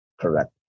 correct